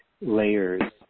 layers